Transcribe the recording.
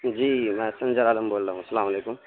جی میں سنجر عالم بول رہا ہوں السلام علیکم